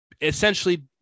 essentially